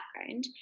background